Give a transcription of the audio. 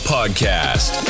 Podcast